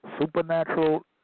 supernatural